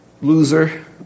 Loser